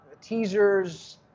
teasers